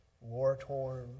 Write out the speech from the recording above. war-torn